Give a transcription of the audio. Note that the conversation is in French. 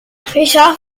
richard